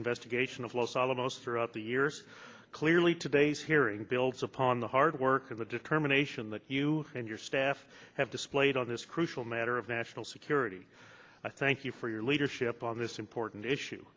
investigation of los alamos throughout the years clearly today's hearing builds upon the hard work of the determination that you and your staff have displayed on this crucial matter of national security i thank you for your leadership on this important issue